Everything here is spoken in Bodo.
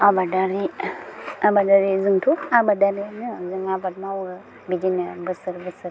आबादारि आबादारि जोंथ' आबादारियानो जों आबाद मावो बिदिनो बोसोर बोसोर